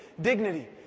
Dignity